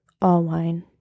Allwine